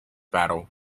battle